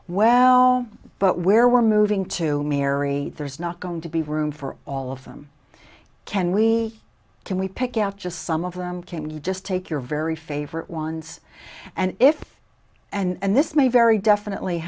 well but where we're moving to mary there's not going to be room for all of them can we can we pick out just some of them came you just take your very favorite ones and if and this may very definitely